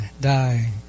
die